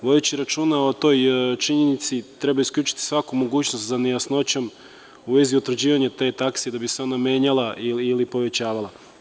Vodeći računa o toj činjenici treba isključiti svaku mogućnost za nejasnoćom u vezi utvrđivanjate takse da bi se ona menjala ili uvek povećavala.